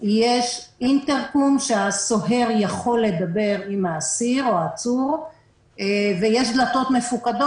יש אינטרקום שהסוהר יכול לדבר עם האסיר או העצור ויש דלתות מפוקדות.